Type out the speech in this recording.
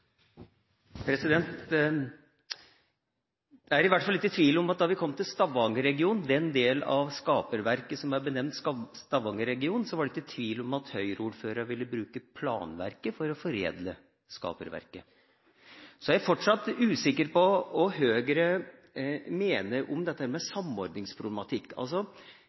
vært. Jeg er i hvert fall ikke i tvil om at da vi kom til Stavanger-regionen – den delen av skaperverket som er benevnt Stavanger-regionen – var det ikke tvil om at høyreordførere ville bruke planverket for å foredle skaperverket. Så er jeg fortsatt usikker på hva Høyre mener om dette med samordningsproblematikk. Altså: